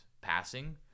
passing –